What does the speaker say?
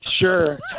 Sure